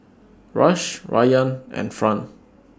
Rush Ryann and Fran